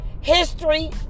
history